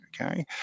okay